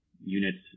units